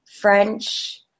French